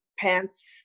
Pants